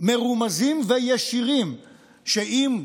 מרומזים וישירים שאם,